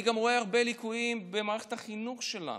אני גם רואה הרבה ליקויים במערכת החינוך שלנו.